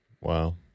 Wow